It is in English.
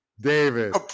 David